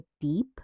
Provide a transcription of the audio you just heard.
deep